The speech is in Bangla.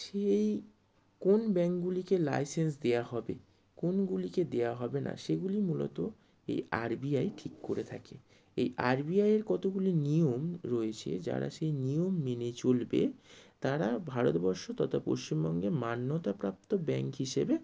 সেই কোন ব্যাঙ্কগুলিকে লাইসেন্স দেওয়া হবে কোনগুলিকে দেওয়া হবে না সেগুলি মূলত এই আরবিআই ঠিক করে থাকে এই আরবিআই এর কতগুলি নিয়ম রয়েছে যারা সেই নিয়ম মেনে চলবে তারা ভারতবর্ষ তথা পশ্চিমবঙ্গে মান্যতা প্রাপ্ত ব্যাঙ্ক হিসেবে